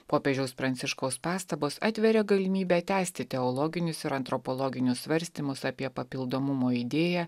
popiežiaus pranciškaus pastabos atveria galimybę tęsti teologinis ir antropologinių svarstymus apie papildomumo idėją